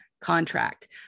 contract